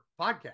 podcast